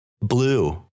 Blue